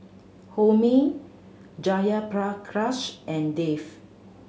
Homi Jayaprakash and Dev